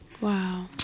Wow